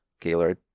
gaylord